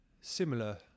similar